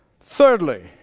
Thirdly